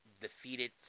defeated